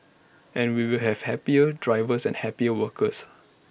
and we will have happier drivers and happier workers